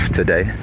today